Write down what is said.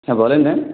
হ্যাঁ বলুন ম্যাম